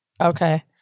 Okay